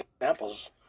examples